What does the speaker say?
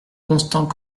constant